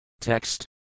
Text